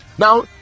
Now